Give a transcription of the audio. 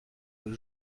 aux